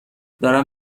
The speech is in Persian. دارم